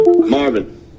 Marvin